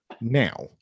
Now